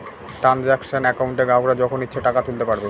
transaction একাউন্টে গ্রাহকরা যখন ইচ্ছে টাকা তুলতে পারবে